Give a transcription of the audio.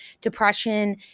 depression